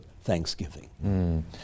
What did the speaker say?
thanksgiving